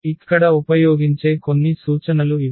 ఇక్కడ ఉపయోగించే కొన్ని సూచనలు ఇవి